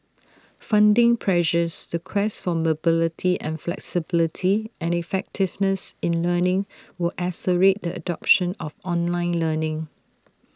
funding pressures the quest for mobility and flexibility and effectiveness in learning will the adoption of online learning